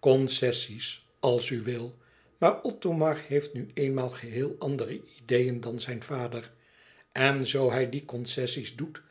concessies als u wil maar othomar heeft nu eenmaal geheel andere ideeën dan zijn vader en zoo hij die concessies doet